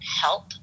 help